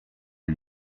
les